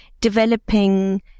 developing